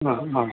ആ ആ